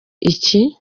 iki